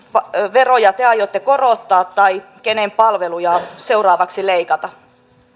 veroja te aiotte korottaa tai kenen palveluja seuraavaksi leikata